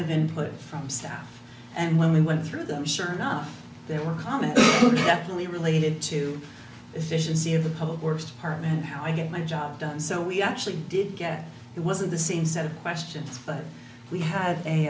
of input from staff and when we went through them sure enough there were common definitely related to efficiency of the public works department how i get my job done so we actually did get it wasn't the same set of questions but we had a